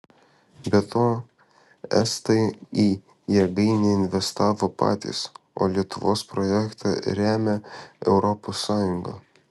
be to estai į jėgainę investavo patys o lietuvos projektą remia europos sąjunga